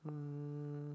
um